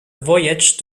voyage